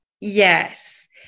Yes